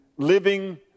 living